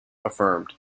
affirmed